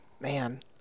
man